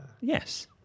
Yes